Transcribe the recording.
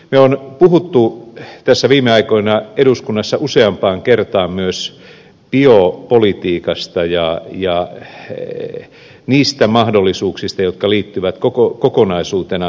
me olemme puhuneet tässä viime aikoina eduskunnassa useampaan kertaan myös biopolitiikasta ja niistä mahdollisuuksista jotka liittyvät kokonaisuutena biotalouteen